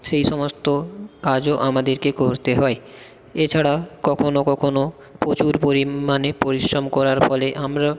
সেই সমস্ত কাজও আমাদেরকে করতে হয় এছাড়া কখনও কখনও প্রচুর পরিমাণে পরিশ্রম করার ফলে আমরা